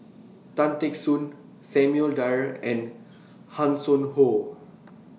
Tan Teck Soon Samuel Dyer and Hanson Ho